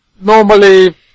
normally